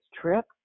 trip